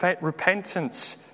Repentance